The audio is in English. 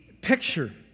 picture